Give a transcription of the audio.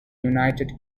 united